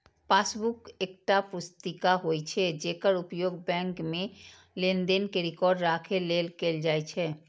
passbook एकटा पुस्तिका होइ छै, जेकर उपयोग बैंक मे लेनदेन के रिकॉर्ड राखै लेल कैल जाइ छै